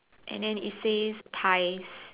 and then it says ties